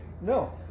No